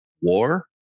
war